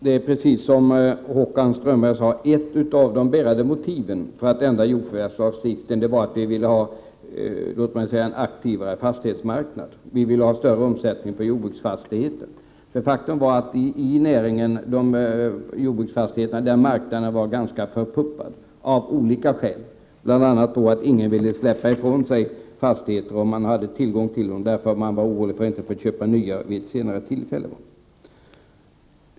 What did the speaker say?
Herr talman! Ett av de bärande motiven för att ändra jordförvärvslagen var, precis som Håkan Strömberg sade, att vi ville ha en aktivare fastighetsmarknad. Vi ville ha större omsättning på jordbruksfastigheter. Faktum är att marknaden för jordbruksfastigheter var ganska förpuppad av olika skäl, bl.a. det att ingen som hade en jordbruksfastighet ville släppa ifrån sig den därför att man var orolig för att inte få köpa en ny vid ett senare tillfälle.